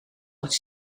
wordt